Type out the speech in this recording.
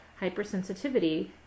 hypersensitivity